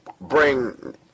bring